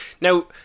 Now